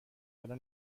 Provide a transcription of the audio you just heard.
حالا